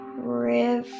River